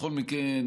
בכל מקרה,